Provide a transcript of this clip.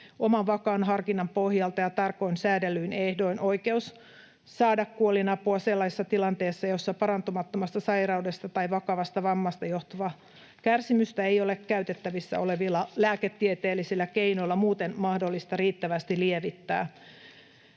oman vakaan harkinnan pohjalta ja tarkoin säädellyin ehdoin oikeus saada kuolinapua sellaisessa tilanteessa, jossa parantumattomasta sairaudesta tai vakavasta vammasta johtuvaa kärsimystä ei ole käytettävissä olevilla lääketieteellisillä keinoilla muuten mahdollista riittävästi lievittää.